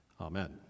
Amen